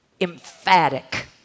emphatic